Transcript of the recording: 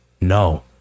no